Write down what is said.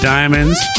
Diamonds